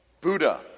Buddha